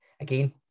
again